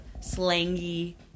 slangy